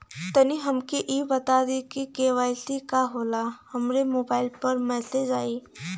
तनि हमके इ बता दीं की के.वाइ.सी का होला हमरे मोबाइल पर मैसेज आई?